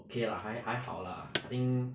okay lah 还还好啦 I think